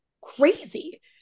crazy